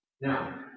Now